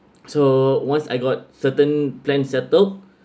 so once I got certain plans settled